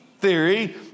theory